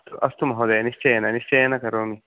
अस्तु अस्तु महोदय निश्चयेन निश्चयेन करोमि